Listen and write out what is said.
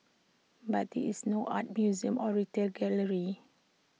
but this is no art museum or retail gallery